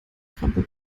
krempel